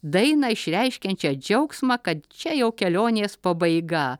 dainą išreiškiančią džiaugsmą kad čia jau kelionės pabaiga